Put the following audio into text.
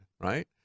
right